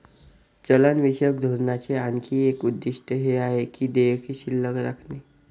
चलनविषयक धोरणाचे आणखी एक उद्दिष्ट हे आहे की देयके शिल्लक राखणे